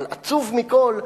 אבל עצוב מכול היה,